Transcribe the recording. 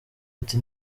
ati